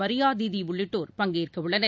மரியா தீதி உள்ளிட்டோர் பங்கேற்கவுள்ளனர்